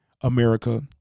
America